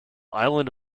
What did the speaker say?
island